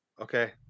okay